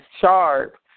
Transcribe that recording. sharp